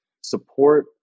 support